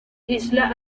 isla